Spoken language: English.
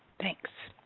thanks.